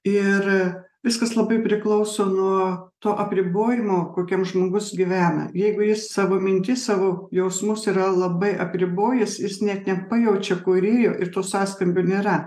ir viskas labai priklauso nuo to apribojimo kokiam žmogus gyvena jeigu jis savo mintis savo jausmus yra labai apribojęs jis net nepajaučia kūrėjo ir to sąskambio nėra